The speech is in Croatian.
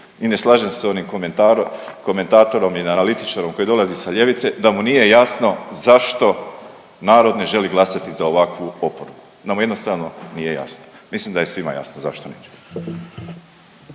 I ne slažem se s onim komentarom, komentatorom i analitičarom koji dolazi sa ljevice, da mu nije jasno zašto narod ne želi glasati za ovakvu oporbu, da mu jednostavno nije jasno. Mislim da je svima jasno zašto neće.